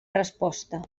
resposta